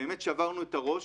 באמת שברנו את הראש.